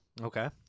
Okay